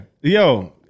yo